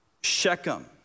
Shechem